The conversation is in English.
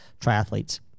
triathletes